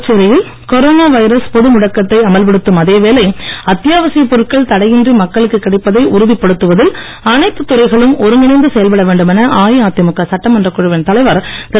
புதுச்சேரியில் corona virus பொது முடக்கத்தை அமல் படுத்தும் அதே வேளை அத்தியாவசியப் பொருட்கள் தடையின்றி மக்களுக்குக் கிடைப்பதை உறுதிப் படுத்துவதில் அனைத்துத் துறைகளும் ஒருங்கிணைந்து செயல்பட வேண்டுமென அஇதிமுக சட்டமன்றக் குழுவின் தலைவர் திரு